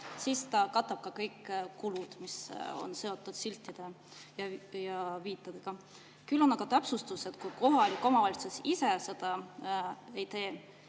siis ta katab ka kõik kulud, mis on seotud siltide ja viitadega. Küll on aga täpsustus, et kui kohalik omavalitsus ise seda ei tee